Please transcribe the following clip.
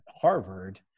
harvard